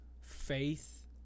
faith